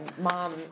Mom